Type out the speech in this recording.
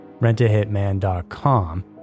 rentahitman.com